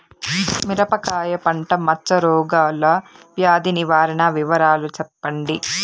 మిరపకాయ పంట మచ్చ రోగాల వ్యాధి నివారణ వివరాలు చెప్పండి?